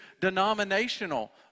denominational